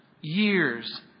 years